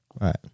Right